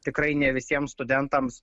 tikrai ne visiems studentams